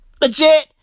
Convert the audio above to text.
Legit